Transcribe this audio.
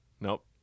Nope